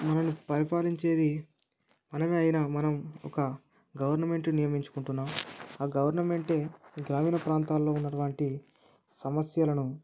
మనల్ని పరిపాలించేది మనమే అయినా మనం ఒక గవర్నమెంట్ నియమించుకుంటున్నాం ఆ గవర్నమెంట్ ఏ గ్రామీణ ప్రాంతాలలో ఉన్నటువంటి సమస్యలను